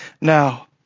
now